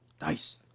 nice